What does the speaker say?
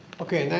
okay.